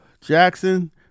Jackson